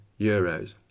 euros